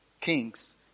kings